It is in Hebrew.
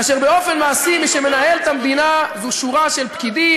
כאשר באופן מעשי מי שמנהל את המדינה זה שורה של פקידים,